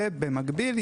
ובמקביל,